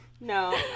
no